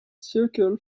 circle